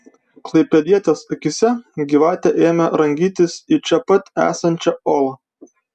klaipėdietės akyse gyvatė ėmė rangytis į čia pat esančią olą